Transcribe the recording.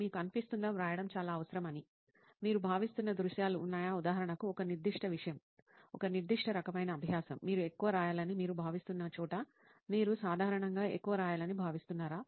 మీకు అనిపిస్తుందా వ్రాయడం చాలా అవసరమని మీరు భావిస్తున్న దృశ్యాలు ఉన్నాయా ఉదాహరణకు ఒక నిర్దిష్ట విషయం ఒక నిర్దిష్ట రకమైన అభ్యాసం మీరు ఎక్కువ రాయాలని మీరు భావిస్తున్న చోట మీరు సాధారణంగా ఎక్కువ రాయాలని భావిస్తున్నారా